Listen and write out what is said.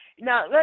Now